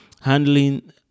handling